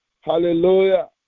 Hallelujah